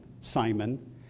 Simon